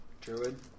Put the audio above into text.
Druid